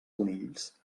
conills